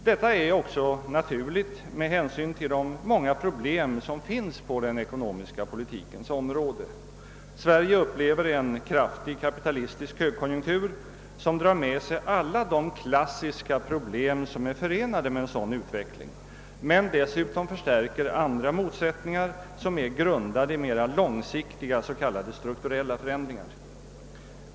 Detta är också naturligt med hänsyn till de många problemen på den ekonomiska politikens område. Sverige upplever en kraftig kapitalistisk högkonjunktur, som drar med sig alla de klassiska problem som är förenade med en sådan utveckling men som dessutom förstärker andra motsättningar som be ror på mera långsiktiga s.k. strukturella förändringar.